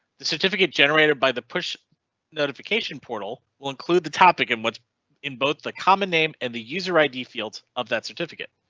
the certificate generated by the push notification portal will include the topic, and what's in both the common name and the user id fields of that certificate.